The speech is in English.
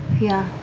yeah.